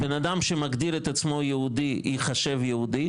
בן-אדם שמגדיר את עצמו יהודי ייחשב יהודי.